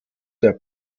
der